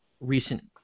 recent